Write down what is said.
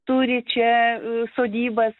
turi čia sodybas